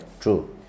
True